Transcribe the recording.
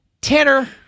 Tanner